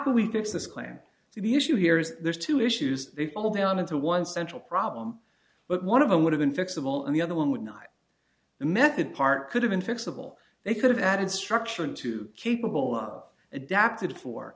this claim to the issue here is there's two issues they fall down into one central problem but one of them would have been fixable and the other one would not the method part could have been fixable they could have added structure to capable of adapted for